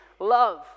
Love